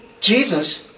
Jesus